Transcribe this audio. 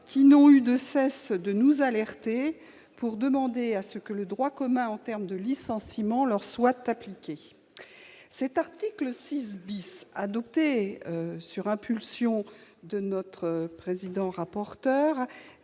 qui n'ont eu de cesse de nous alerter pour demander que le droit commun en matière de licenciement leur soit appliqué. Cet article 6 , adopté sous l'impulsion de notre président rapporteur,